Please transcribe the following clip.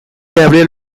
gabriel